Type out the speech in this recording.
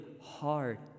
hard